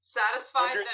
satisfied